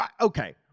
okay